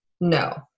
No